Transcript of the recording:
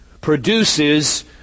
produces